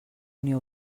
unió